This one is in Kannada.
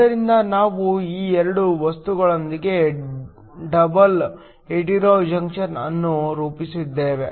ಆದ್ದರಿಂದ ನಾವು ಈ ಎರಡು ವಸ್ತುಗಳೊಂದಿಗೆ ಡಬಲ್ ಹೆಟೆರೊ ಜಂಕ್ಷನ್ ಅನ್ನು ರೂಪಿಸಲಿದ್ದೇವೆ